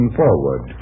forward